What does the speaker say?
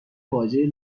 واژه